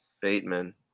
Bateman